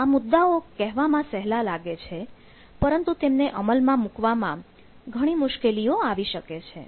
આ મુદ્દાઓ કહેવામાં સહેલા લાગે છે પરંતુ તેમને અમલમાં મૂકવા માં ઘણી મુશ્કેલીઓ આવી શકે છે